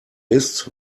ist